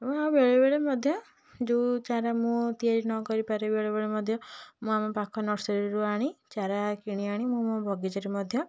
ଏବଂ ବେଳେବେଳେ ମଧ୍ୟ ଯେଉଁ ଚାରା ମୁଁ ତିଆରି ନକରିପାରେ ବେଳେବେଳେ ମଧ୍ୟ ମୁଁ ଆମ ପାଖ ନର୍ସରୀରୁ ଆଣି ଚାରା କିଣିଆଣି ମୋ ବଗିଚାରେ ମଧ୍ୟ